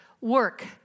work